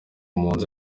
mpunzi